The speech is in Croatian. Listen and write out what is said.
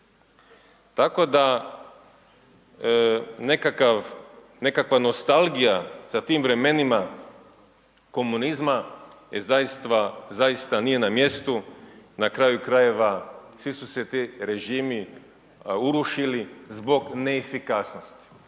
nekakav, nekakva nostalgija za tim vremenima komunizma je zaista nije na mjestu, na kraju krajeva, svi su se ti režimi urušili zbog neefikasnosti.